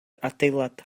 adeilad